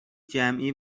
جمعی